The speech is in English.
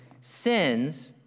sins